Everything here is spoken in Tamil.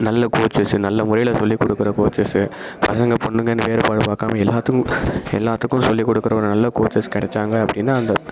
நல்ல கோச்சஸு நல்ல முறையில் சொல்லிக் கொடுக்கற கோச்சஸு பசங்க பொண்ணுங்கன்னு வேறுபாடு பார்க்காம எல்லாத்துக்கும் எல்லாத்துக்கும் சொல்லிக் கொடுக்கற ஒரு நல்ல கோச்சஸ் கிடைச்சாங்க அப்படின்னா அந்த